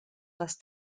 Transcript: les